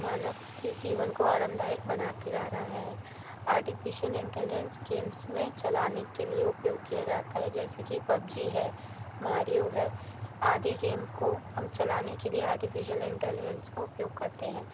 मानव के जीवन को आरामदायक बनाते जा रहा है आर्टिफिशियल इंटेलिजेंस केम्स में चलाने के लिए उपयोग किया जाता है जैसे कि पबजी है मारियो है आदि गैम को हम चलाने के लिए आर्टिफिशियल इंटेलिजेंस का उपयोग करते हैं